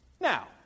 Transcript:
Now